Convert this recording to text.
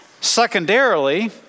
Secondarily